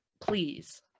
please